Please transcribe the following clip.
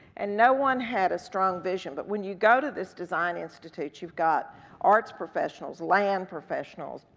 and no one had a strong vision, but when you go to this design institute, you've got arts professionals, land professionals,